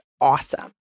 awesome